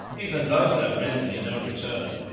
even though thou render me no return.